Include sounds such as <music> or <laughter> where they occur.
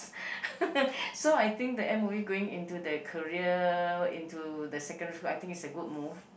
<laughs> so I think the m_o_e going into the career into the secondary school I think it's a good move